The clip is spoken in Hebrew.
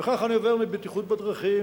וכך אני עובר מבטיחות בדרכים